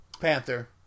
Panther